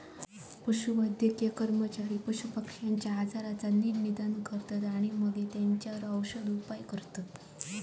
पशुवैद्यकीय कर्मचारी पशुपक्ष्यांच्या आजाराचा नीट निदान करतत आणि मगे तेंच्यावर औषदउपाय करतत